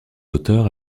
auteurs